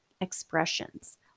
expressions